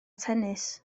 tennis